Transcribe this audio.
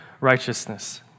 righteousness